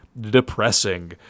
depressing